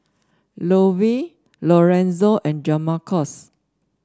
Lovie Lorenzo and Jamarcus